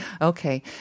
Okay